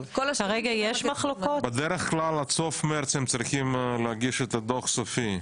בדרך כלל עד סוף מרץ הם צריכים להגיש את הדו"ח הסופי,